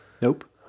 Nope